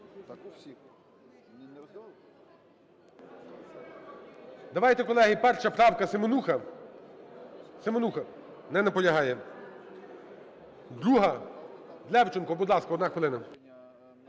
Давайте, колеги, 1 правка, Семенуха, Семенуха. Не наполягає. 2-а, Левченко. Будь ласка, одна хвилина.